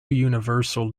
universal